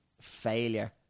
failure